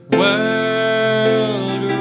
world